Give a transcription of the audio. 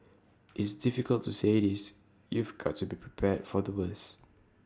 it's difficult to say this you've got to be prepared for the worst